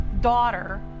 daughter